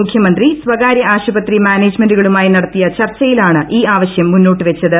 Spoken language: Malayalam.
മുഖ്യമന്ത്രി സ്വകാര്യ ആശുപത്രി മാനേജുമെന്റുകളുമായി നടത്തിയ ചർച്ചയിലാണ് ഈ ആവശൃം മുന്നോട്ട് വെച്ചത്